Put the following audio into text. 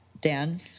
Dan